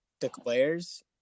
declares